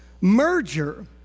merger